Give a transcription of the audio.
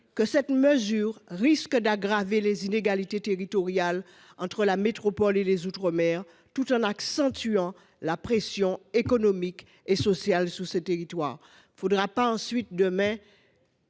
que cette mesure risque d’aggraver les inégalités entre la métropole et les outre mer, tout en accentuant la pression économique et sociale sur ces territoires. Il ne faudra pas s’étonner